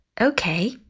Okay